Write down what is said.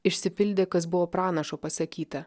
išsipildė kas buvo pranašo pasakyta